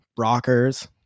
rockers